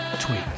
tweet